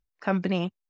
company